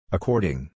According